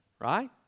right